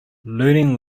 learning